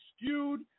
skewed